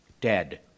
dead